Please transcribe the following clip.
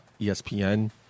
espn